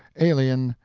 alien,